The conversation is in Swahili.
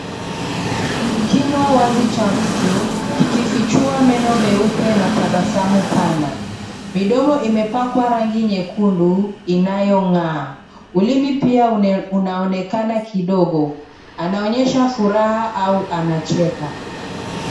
Kinywa wazi cha mtu kikifichua meno meupe na tabasamu pana. Midomo imepakwa rangi nyekundu inayong'aa, ulimi pia unaonekana kidogo. Anaonyesha furaha au anacheka.